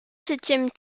septième